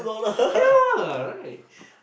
yeah right